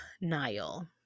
niall